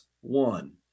one